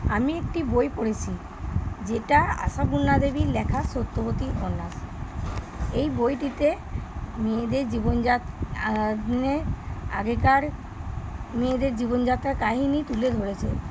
আমি একটি বই পড়েছি যেটা আশাপূর্ণা দেবীর লেখা সত্যবতী উপন্যাস এই বইটিতে মেয়েদের জীবন আগেকার মেয়েদের জীবনযাত্রার কাহিনি তুলে ধরেছে